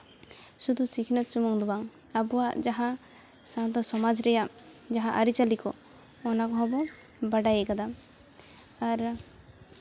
ᱥᱩᱫᱷᱩ ᱥᱤᱠᱷᱱᱟᱹᱛ ᱥᱩᱢᱩᱝ ᱫᱚ ᱵᱟᱝ ᱟᱵᱚᱣᱟᱜ ᱡᱟᱦᱟᱸ ᱥᱟᱶᱛᱟ ᱥᱚᱢᱟᱡᱽ ᱨᱮᱭᱟᱜ ᱡᱟᱦᱟᱸ ᱟᱹᱨᱤ ᱪᱟᱹᱞᱤ ᱠᱚ ᱚᱱᱟ ᱠᱚᱦᱚᱸ ᱵᱚᱱ ᱵᱟᱰᱟᱭ ᱠᱟᱫᱟ ᱟᱨ